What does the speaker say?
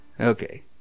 Okay